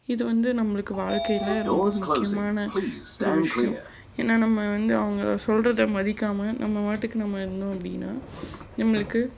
இது வந்து நம்மளுக்கு வாழ்க்கையில் ரொம்ப முக்கியமான ஒரு விஷயம் என்ன நம்ம வந்து அவங்க சொல்றதை மதிக்காமல் நம்ம பாட்டுக்கும் நம்ம இருந்தோம் அப்படின்னா நம்மளுக்கு